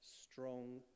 strong